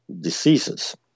diseases